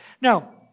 Now